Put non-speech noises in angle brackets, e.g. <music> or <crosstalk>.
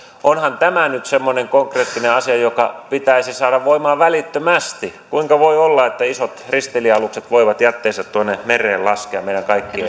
onhan tämä nyt semmoinen konkreettinen asia joka pitäisi saada voimaan välittömästi kuinka voi olla että isot risteilijäalukset voivat jätteensä tuonne mereen laskea meidän kaikkien <unintelligible>